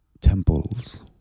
temples